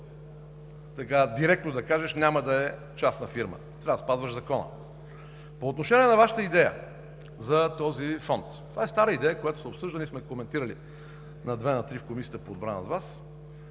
можеш директно да кажеш: няма да е частна фирма. Трябва да спазваш Закона. По отношение на Вашата идея за този фонд. Това е стара идея, която сме обсъждали и коментирали на две на три в Комисията по отбрана с Вас.